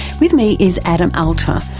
with me is adam alter,